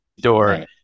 door